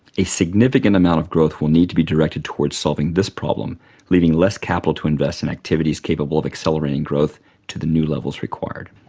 a significant amount of growth will need to be directed towards solving this problem leaving less capital to invest in activities capable of accelerating growth to the new levels required.